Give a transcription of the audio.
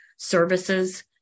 services